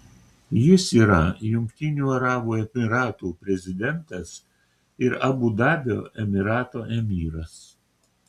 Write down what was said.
jis yra jungtinių arabų emyratų prezidentas ir abu dabio emyrato emyras